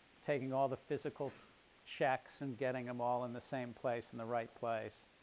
taking all the physical checks and getting them all in the same place in the right place.